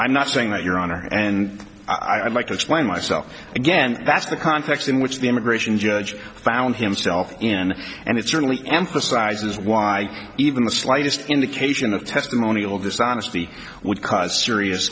i'm not saying that your honor and i'd like to explain myself again that's the context in which the immigration judge found himself in and it certainly emphasizes why even the slightest indication of testimonial dishonesty would cause serious